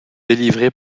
délivrer